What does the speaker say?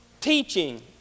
teaching